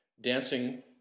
dancing